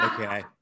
Okay